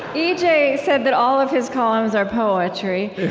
e j. said that all of his columns are poetry.